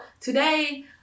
today